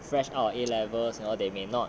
fresh out a levels you know they may not